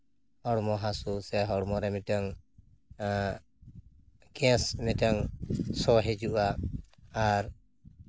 ᱦᱚᱲᱢᱚ ᱦᱟᱹᱥᱩ ᱥᱮ ᱦᱚᱲᱢᱚᱨᱮ ᱢᱤᱫᱴᱟᱱ ᱜᱮᱥ ᱢᱤᱫᱴᱟᱱ ᱥᱚ ᱦᱤᱡᱩᱜᱼᱟ ᱟᱨ